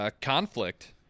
conflict